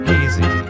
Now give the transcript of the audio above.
easy